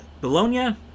Bologna